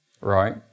right